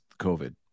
COVID